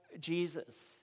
Jesus